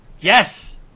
Yes